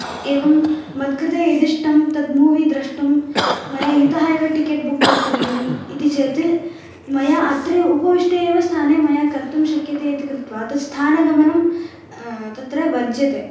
एवं मत्कृते यदिष्टं तद् मूवी द्रष्टुं मया इतः एव टिकेट् बुक् कर्तव्यम् इति चेत् मया अत्रैव उपविष्टस्थाने एव मया कर्तुं शक्यते इति कृत्त्वा तत् स्थानगमनं तत्र वर्जते